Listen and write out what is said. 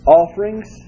offerings